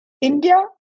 India